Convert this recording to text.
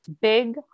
big